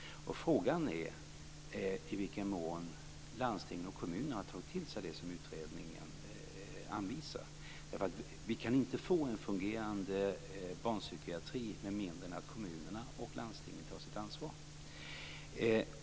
Frågan är i vilken mån landstingen och kommunerna har tagit till sig det som utredningen anvisar. Vi kan inte få en fungerande barnpsykiatri med mindre än att kommunerna och landstingen tar sitt ansvar.